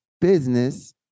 business